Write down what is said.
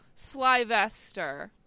Slyvester